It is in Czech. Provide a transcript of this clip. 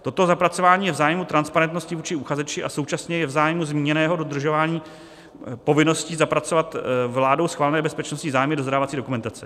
Toto zapracování je v zájmu transparentnosti vůči uchazeči a současně je v zájmu zmíněného dodržování povinnosti zapracovat vládou schválené bezpečnostní zájmy do zadávací dokumentace.